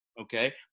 okay